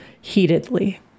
heatedly